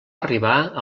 arribar